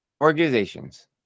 organizations